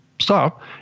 stop